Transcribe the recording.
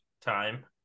time